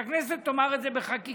שהכנסת תאמר את זה בחקיקה.